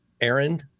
Aaron